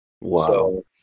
Wow